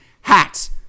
hats